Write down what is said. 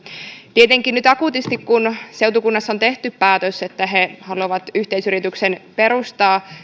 tietenkin nyt akuutisti kun seutukunnassa on tehty päätös että he haluavat yhteisyrityksen perustaa